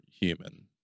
human